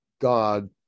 God